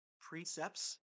precepts